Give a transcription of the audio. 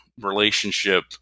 relationship